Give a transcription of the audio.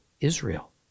Israel